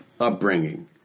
upbringing